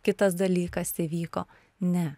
kitas dalykas įvyko ne